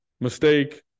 Mistake